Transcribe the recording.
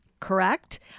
correct